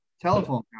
telephone